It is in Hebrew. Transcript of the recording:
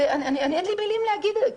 אין לי מילים להגיד את זה.